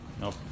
No